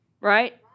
Right